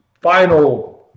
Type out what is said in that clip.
final